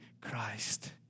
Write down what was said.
Christ